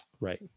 Right